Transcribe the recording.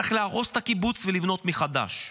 צריך להרוס את הקיבוץ ולבנות מחדש.